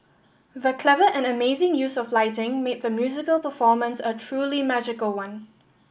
the clever and amazing use of lighting made the musical performance a truly magical one